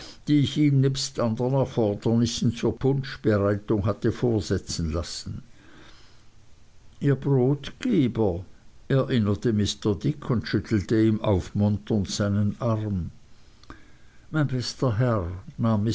die ich ihm nebst andern erfordernissen zur punschbereitung hatte vorsetzen lassen ihr brotgeber erinnerte mr dick und schüttelte ihm aufmunternd seinen arm mein bester herr